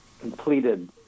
completed